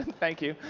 and thank you.